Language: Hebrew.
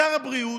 שר הבריאות,